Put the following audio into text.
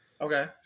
Okay